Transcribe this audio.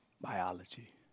biology